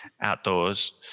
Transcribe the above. outdoors